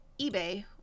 eBay